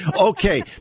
Okay